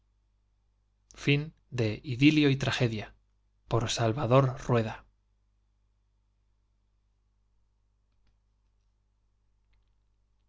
idilio y tragedia por salvador rueda